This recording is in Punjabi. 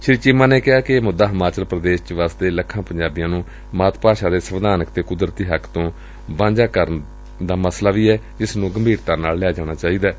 ਸ੍ੀ ਚੀਮਾ ਨੇ ਕਿਹਾ ਕਿ ਇਹ ਮੁੱਦਾ ਹਿਮਾਚਲ ਪ੍ਦੇਸ ਚ ਵੱਸਦੇ ਲੱਖਾਂ ਪੰਜਾਬੀਆਂ ਨੂੰ ਮਾਤ ਭਾਸ਼ਾ ਦੇ ਸੰਵਿਧਾਨਿਕ ਅਤੇ ਕੁਦਰਤੀ ਹੱਕ ਤੋਂ ਵਾਂਝਾ ਕਰਨ ਦਾ ਮਸਲਾ ਵੀ ਏ ਜਿਸ ਨੂੰ ਗੰਭੀਰਤਾ ਨਾਲ ਲਿਆ ਜਾਣਾ ਚਾਹੀਦੈ